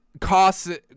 cost